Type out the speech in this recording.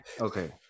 Okay